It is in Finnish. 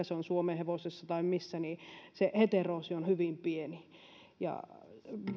se vaikka suomenhevosia tai mitä niin se heteroosi on hyvin pieni